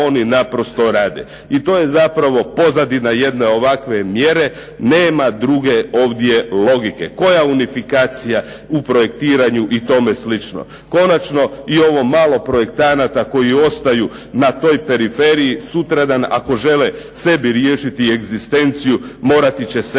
I to je zapravo pozadina ovakve jedne mjere. Nema ovdje nikakve logike. Koja unifikacija u projektiranju i tome slično. Konačno i ovo malo projektanata koji ostaju na toj periferiji sutradan ako žele sebi riješiti egzistenciju morati će seliti